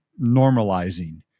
normalizing